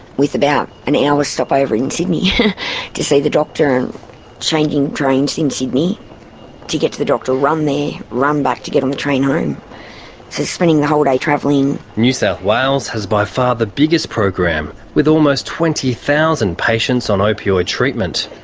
with about an hour's stopover in sydney to see the doctor. and changing trains in sydney to get to the doctor, run there, run back to get on the train home. so it's spending the whole day travelling. new south wales has by far the biggest program, with almost twenty thousand patients on opioid treatment,